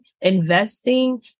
investing